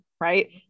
right